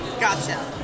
Gotcha